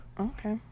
Okay